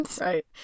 right